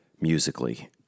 Musically